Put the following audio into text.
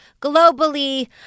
globally